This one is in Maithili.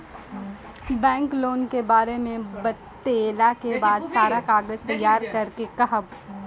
बैंक लोन के बारे मे बतेला के बाद सारा कागज तैयार करे के कहब?